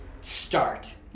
start